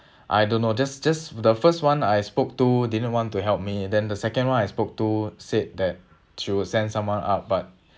I don't know just just the first [one] I spoke to didn't want to help me then the second [one] I spoke to said that she will send someone up but